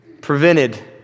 prevented